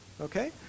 Okay